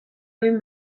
egin